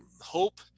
hope